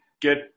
get